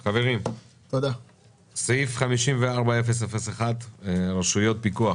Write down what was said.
חברים, סעיף 54-001, רשויות פיקוח.